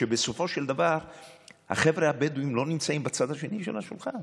כשבסופו של דבר החבר'ה הבדואים לא נמצאים בצד השני של השולחן.